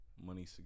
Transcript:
money